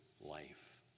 life